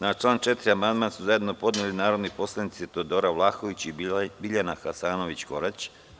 Na član 4. amandman su zajedno podnele narodni poslanici Teodora Vlahović i Biljana Hasanović Korać.